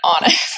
honest